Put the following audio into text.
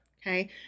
Okay